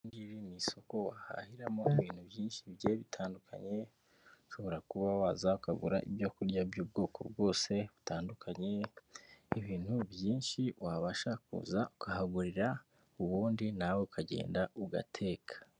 Iri ngiri ni isoko wahahiramo ibintu byinshi bigiye bitandukanye, ushobora kuba waza ukagura ibyo kurya by'ubwoko bwose butandukanye, ni ibintu byinshi wabasha kuza ukahagurira, ubundi nawe ukagenda ugateka.